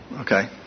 Okay